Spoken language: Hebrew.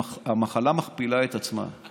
המחלה מכפילה את עצמה,